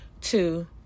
two